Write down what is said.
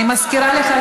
אני מזכירה לך,